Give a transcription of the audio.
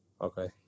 Okay